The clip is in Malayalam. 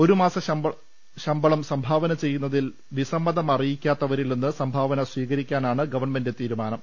ഒരു മാസശമ്പളം സംഭാവന ചെയ്യുന്ന തിൽ വിസമ്മതം അറിയിക്കാത്തവരിൽ നിന്ന് സംഭാവന സ്വീകരിക്കാനാണ് ഗവൺമെന്റ് തീരുമാനം